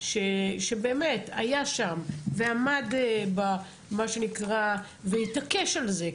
שבאמת היה שם ועמד והתעקש על זה,